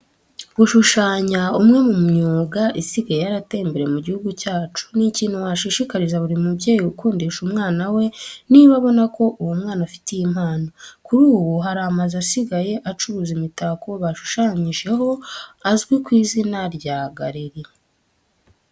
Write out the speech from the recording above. Gushushanya umwe mu myuga isigaye yarateye imbere mu gihugu cyacu, ni ikintu washishikariza buri mubyeyi gukundisha umwana we niba abona ko uwo mwana afite iyi mpano. Kuri ubu hari amazu asigaye acuruza imitako bashushanyijeho azwi ku izina rya gallery.